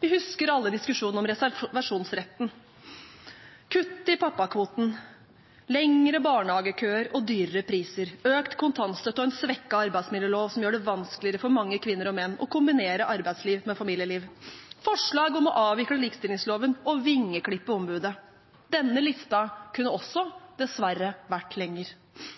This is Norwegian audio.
Vi husker alle diskusjonen om reservasjonsretten, kutt i pappakvoten, lengre barnehagekøer og høyere priser, økt kontantstøtte og en svekket arbeidsmiljølov som gjør det vanskeligere for mange kvinner og menn å kombinere arbeidsliv med familieliv. Forslag om å avvikle likestillingsloven og vingeklippe ombudet. Denne listen kunne også dessverre vært